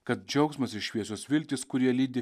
kad džiaugsmas ir šviesios viltys kurie lydi